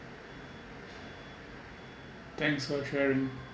thanks for sharing